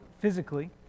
physically